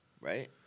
right